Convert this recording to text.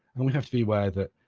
and we have to be aware that